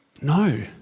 No